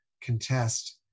contest